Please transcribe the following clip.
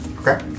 Okay